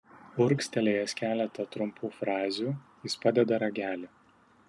urgztelėjęs keletą trumpų frazių jis padeda ragelį